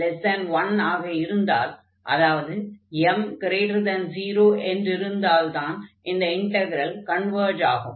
1 m1 ஆக இருந்தால் அதாவது m0 என்றிருந்தால் தான் இந்த இன்டக்ரல் கன்வர்ஜ் ஆகும்